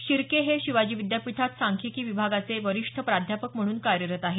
शिर्के हे शिवाजी विद्यापीठात सांख्यिकी विभागाचे वरिष्ठ प्राध्यापक म्हणून कार्यरत आहेत